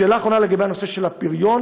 שאלה אחרונה, בנושא הפריון.